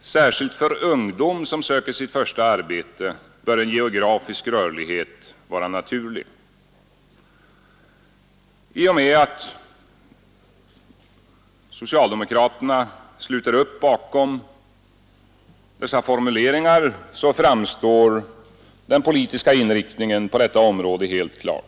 ”särskilt för ungdom som söker sitt första arbete bör en geografisk rörlighet vara naturlig”. I och med att socialdemokraterna sluter upp bakom dessa formuleringar framstår den politiska inriktningen på detta område helt klar.